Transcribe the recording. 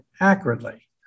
accurately